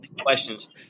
questions